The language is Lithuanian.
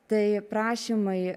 tai prašymai